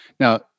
Now